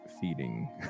feeding